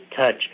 touch